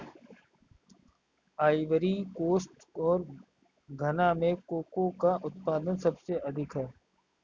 Ivory coast और घना में कोको का उत्पादन सबसे अधिक है